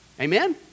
Amen